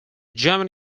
german